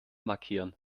markieren